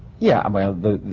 yeah. well, the.